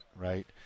right